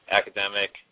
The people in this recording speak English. academic